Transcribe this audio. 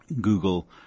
Google